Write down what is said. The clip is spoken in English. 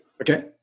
Okay